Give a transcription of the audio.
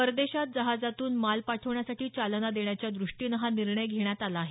परदेशात जहाजातून माल पाठवण्यासाठी चालना देण्याच्या द्रष्टीनं हा निर्णय घेण्यात आला आहे